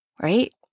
right